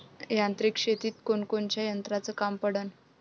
यांत्रिक शेतीत कोनकोनच्या यंत्राचं काम पडन?